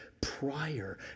prior